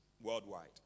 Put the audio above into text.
worldwide